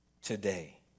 Today